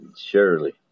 Surely